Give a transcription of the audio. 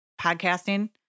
podcasting